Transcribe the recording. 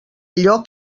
allò